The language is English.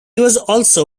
also